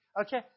Okay